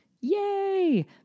Yay